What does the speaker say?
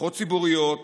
בריכות ציבוריות,